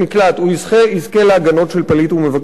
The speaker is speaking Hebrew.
הוא יזכה להגנות של פליט ומבקש מקלט,